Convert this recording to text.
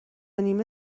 نیمه